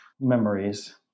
Memories